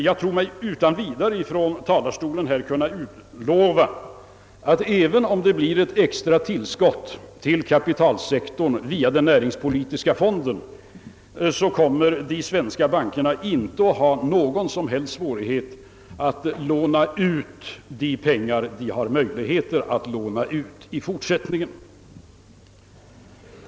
Jag tror mig utan vidare här kunna utlova att de svenska bankerna, även om det blir ett extra tillskott till kapitalsektorn via den näringspolitiska fonden, inte kommer att ha någon som helst svårighet att låna ut de pengar de har möjligheter att låna ut i fortsättningen.